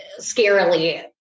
scarily